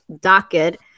docket